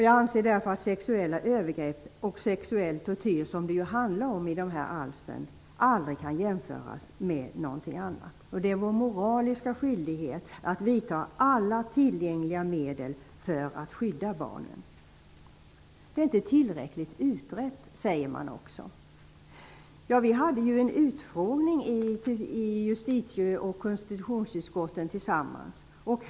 Jag anser därför att sexuella övergrepp och sexuell tortyr, som det handlar om i de här alstren, aldrig kan jämföras med någonting. Det är vår moraliska skyldighet att vidta alla tillgängliga medel för att skydda barnen. Det är inte tillräckligt utrett, säger man också. Justitie och konstitutionsutskotten hade en gemensam utfrågning.